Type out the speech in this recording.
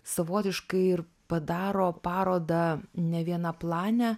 savotiškai ir padaro parodą nevienaplane